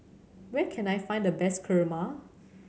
where can I find the best Kurma